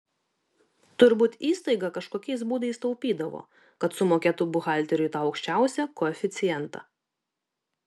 turbūt įstaiga kažkokiais būdais taupydavo kad sumokėtų buhalteriui tą aukščiausią koeficientą